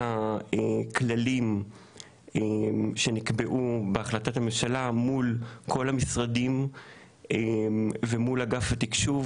הכללים שנקבעו בהחלטת הממשלה מול כל המשרדים ומול אגף התקשוב.